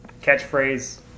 catchphrase